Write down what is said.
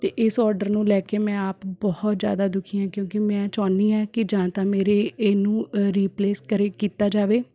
ਅਤੇ ਇਸ ਔਡਰ ਨੂੰ ਲੈ ਕੇ ਮੈਂ ਆਪ ਬਹੁਤ ਜ਼ਿਆਦਾ ਦੁਖੀ ਹਾਂ ਕਿਉਂਕਿ ਮੈਂ ਚਾਹੁੰਦੀ ਹਾਂ ਕਿ ਜਾਂ ਤਾਂ ਮੇਰੇ ਇਹਨੂੰ ਰੀਪਲੇਸ ਕਰੇ ਕੀਤਾ ਜਾਵੇ